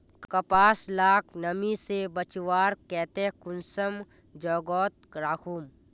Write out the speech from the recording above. कपास लाक नमी से बचवार केते कुंसम जोगोत राखुम?